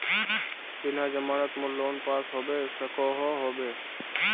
बिना जमानत मोर लोन पास होबे सकोहो होबे?